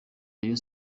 rayon